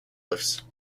lifts